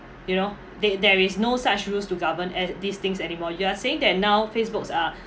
you know the~ there is no such rules to govern as these things anymore you're saying that now facebook's are